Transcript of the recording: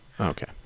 Okay